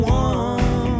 one